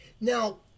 Now